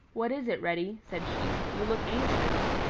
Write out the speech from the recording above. what is it, reddy? said she. you look anxious.